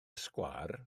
sgwâr